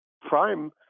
prime